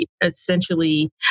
essentially